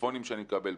בטלפונים שאני מקבל,